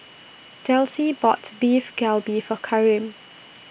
Delcie bought Beef Galbi For Karim